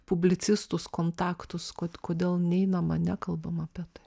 publicistus kontaktus kodėl neinama nekalbama apie tai